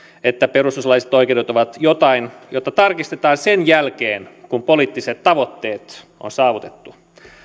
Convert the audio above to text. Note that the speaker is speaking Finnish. että perustuslailliset oikeudet ovat jotain jota tarkistetaan sen jälkeen kun poliittiset tavoitteet on saavutettu